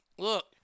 Look